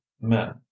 men